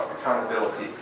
Accountability